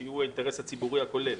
שהוא האינטרס הציבורי הכולל.